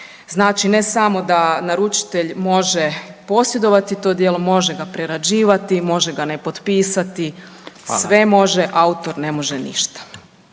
Znači ne samo da naručitelj može posjedovati to djelo, može ga prerađivati, može ga nepotpisati, sve može, autor ne može ništa.